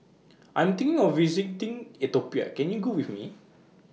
I Am thinking of visiting Ethiopia Can YOU Go with Me